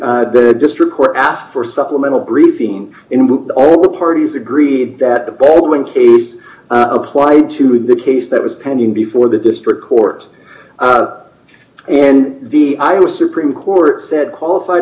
the district court asked for supplemental briefing in all the parties agreed that the baldwin case applied to the case that was pending before the district court and the iowa supreme court said qualified